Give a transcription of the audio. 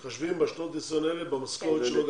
מתחשבים בשנות הניסיון האלה במשכורת שלו,